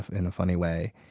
in a funny way